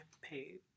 paid